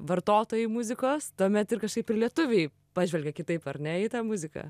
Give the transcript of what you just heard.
vartotojai muzikos tuomet ir kažkaip ir lietuviai pažvelgia kitaip ar ne į tą muziką